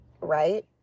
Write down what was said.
Right